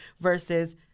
versus